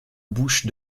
bouche